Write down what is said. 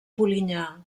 polinyà